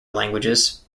languages